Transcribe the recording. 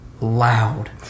Loud